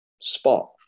spot